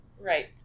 Right